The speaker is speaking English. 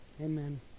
Amen